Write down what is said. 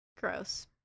gross